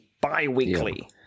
bi-weekly